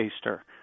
taster